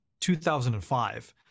2005